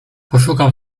poszukam